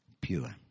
pure